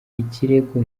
ikirego